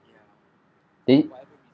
mm